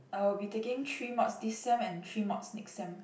I will be taking three mods this sem and three mods next sem